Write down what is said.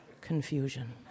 confusion